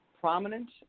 prominent